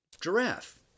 giraffe